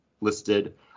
listed